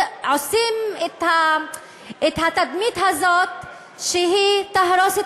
שעושים את התדמית הזאת שהיא תהרוס את